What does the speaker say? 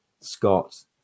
Scott